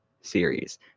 series